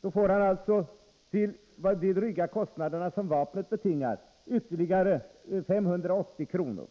Då får han alltså till de dryga kostnaderna för vapnen betala ytterligare 580 kr. eller 290 kr. per styck.